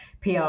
PR